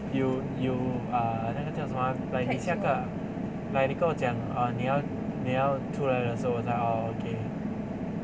you you err 那个叫什么啊 like 你下课了 like 你跟我讲啊你要你要出来了的时候我才 orh okay